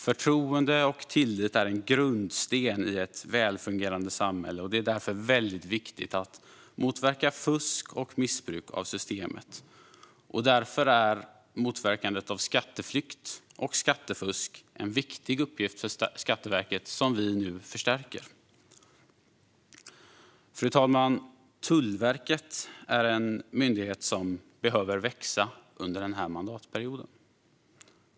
Förtroende och tillit är grundstenar i ett välfungerande samhälle, och det är väldigt viktigt att motverka fusk och missbruk av systemet. Därför är motverkandet av skatteflykt och skattefusk en viktig uppgift för Skatteverket, något som vi nu förstärker. Fru talman! Tullverket är en myndighet som behöver växa under den här mandatperioden.